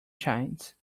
shines